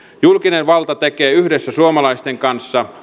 julkinen valta tekee yhdessä suomalaisten kanssa